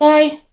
Bye